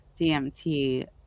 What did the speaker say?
dmt